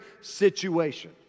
situation